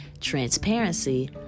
transparency